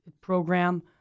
program